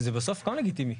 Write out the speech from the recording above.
זה בסוף גם לגיטימי.